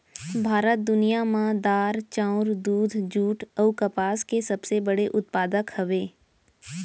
भारत दुनिया मा दार, चाउर, दूध, जुट अऊ कपास के सबसे बड़े उत्पादक हवे